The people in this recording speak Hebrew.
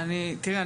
תיראי,